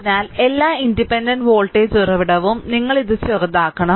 അതിനാൽ എല്ലാ independent voltage ഉറവിടവും നിങ്ങൾ ഇത് ചെറുതാക്കണം